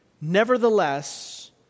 Nevertheless